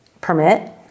permit